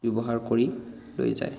ব্যৱহাৰ কৰি লৈ যায়